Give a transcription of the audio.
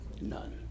None